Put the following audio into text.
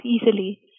easily